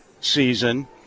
season